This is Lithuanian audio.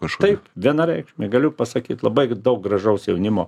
taip vienareikšmiai galiu pasakyt labai daug gražaus jaunimo